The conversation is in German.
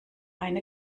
eine